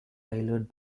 tailored